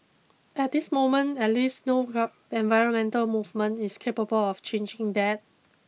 at this moment at least no environmental movement is capable of changing that